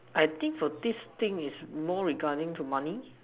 I think for this thing is more regarding to money